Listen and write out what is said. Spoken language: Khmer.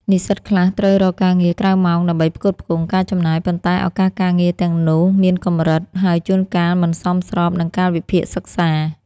និស្សិតខ្លះត្រូវរកការងារក្រៅម៉ោងដើម្បីផ្គត់ផ្គង់ការចំណាយ ប៉ុន្តែឱកាសការងារទាំងនោះមានកម្រិត ហើយជួនកាលមិនសមស្របនឹងកាលវិភាគសិក្សា។